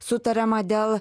sutariama dėl